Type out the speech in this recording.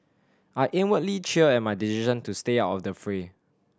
I inwardly cheer at my decision to stay out of the fray